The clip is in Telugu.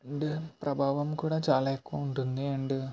అండ్ ప్రభావం కూడా చాలా ఎక్కువ ఉంటుంది అండ్